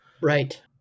Right